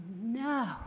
no